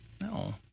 No